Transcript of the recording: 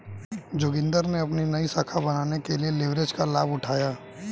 जोगिंदर ने अपनी नई शाखा बनाने के लिए लिवरेज का लाभ उठाया